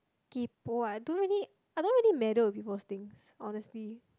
kay-poh ah I don't really I don't really meddle with people's things honestly